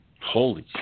holy